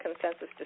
consensus